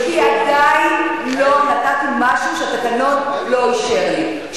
כי עדיין לא נתתי משהו שהתקנון לא אישר לי.